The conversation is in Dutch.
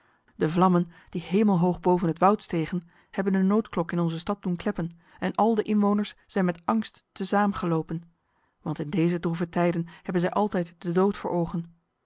de vlammen die hemelhoog boven het woud stegen hebben de noodklok in onze stad doen kleppen en al de inwoners zijn met angst te saam gelopen want in deze droeve tijden hebben zij altijd de dood voor ogen